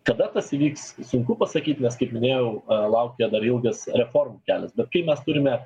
kada kas įvyks sunku pasakyt nes kaip minėjau laukia dar ilgas reformų kelias bet kai mes turime